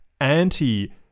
anti